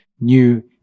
new